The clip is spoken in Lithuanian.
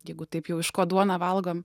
jeigu taip jau iš ko duoną valgom